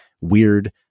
weird